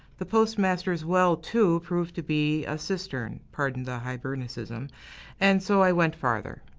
the postmaster's well, too, proved to be a cistern pardon the hibernicism and so i went farther.